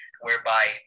whereby